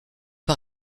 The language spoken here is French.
par